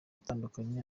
atandukanye